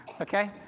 okay